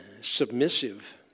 submissive